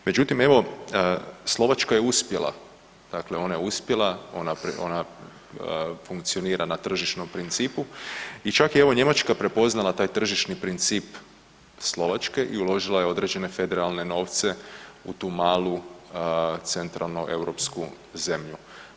Međutim, evo Slovačka je uspjela, dakle ona je uspjela, ona, ona funkcionira na tržišnom principu i čak je evo Njemačka prepoznala taj tržišni princip Slovačke i uložila je određene federalne novce u tu malu centralno europsku zemlju.